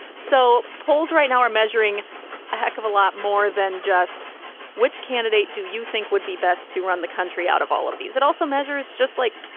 so polls right now are measuring a heck of a lot more than just which candidate do you think would be best to run the country out of all of these? it also measures just, like,